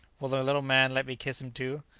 will the little man let me kiss him too?